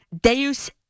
Deus